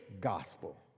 gospel